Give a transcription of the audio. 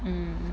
mm